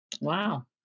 Wow